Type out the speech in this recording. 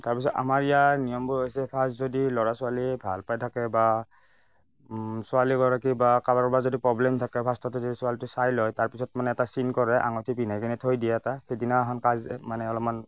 তাৰপিছত আমাৰ ইয়াৰ নিয়মবোৰ হৈছে ফাৰ্ষ্ট যদি ল'ৰা ছোৱালী ভাল পাই থাকে বা ছোৱালীগৰাকী বা কাৰোবাৰ পা যদি কিবা পব্লেম থাকে ফাৰ্ষ্টতে যদি ছোৱালীটো চাই লয় তাৰপিছত মানে এটা চিন কৰে আঙুঠি পিন্ধাই কেনে থৈ দিয়ে এটা সেইদিনাখন কাজ মানে অলপমান